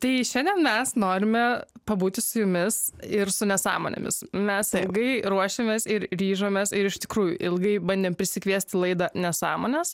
tai šiandien mes norime pabūti su jumis ir su nesąmonėmis mes ilgai ruošėmės ir ryžomės ir iš tikrųjų ilgai bandėm prisikviest į laidą nesąmones